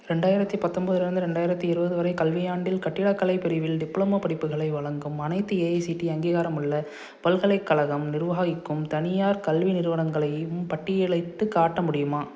ரெண்டாயிரத்தி பத்தொம்போதுலேருந்து ரெண்டாயிரத்தி இருபது வரை கல்வியாண்டில் கட்டிடக்கலை பிரிவில் டிப்ளமா படிப்புகளை வழங்கும் அனைத்து ஏஐசிடிஇ அங்கீகாரமுள்ள பல்கலைக்கழகம் நிர்வகிக்கும் தனியார் கல்வி நிறுவனங்களையும் பட்டியலிட்டுக் காட்ட முடியுமா